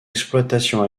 exploitation